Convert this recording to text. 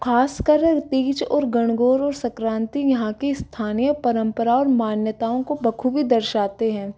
खासकर तीज और गणगौर और संक्रांति यहाँ की स्थानीय परंपरा और मान्यताओं को बखूबी दर्शाते हैं